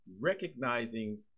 recognizing